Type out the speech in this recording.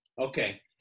Okay